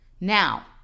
Now